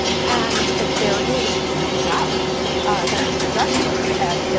and there is no doubt that mr. zuckerberg at